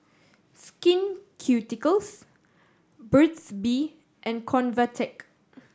Skin Ceuticals Burt's Bee and Convatec